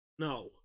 No